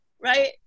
right